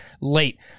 late